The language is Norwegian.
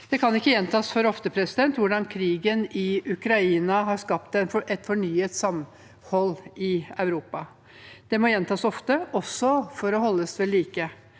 Det kan ikke gjentas for ofte hvordan krigen i Ukraina har skapt et fornyet samhold i Europa. Det må gjentas ofte – også for å holdes ved like.